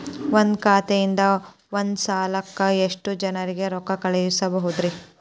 ಒಂದ್ ಖಾತೆಯಿಂದ, ಒಂದ್ ಸಲಕ್ಕ ಎಷ್ಟ ಜನರಿಗೆ ರೊಕ್ಕ ಕಳಸಬಹುದ್ರಿ?